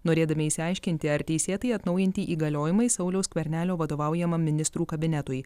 norėdami išsiaiškinti ar teisėtai atnaujinti įgaliojimai sauliaus skvernelio vadovaujamam ministrų kabinetui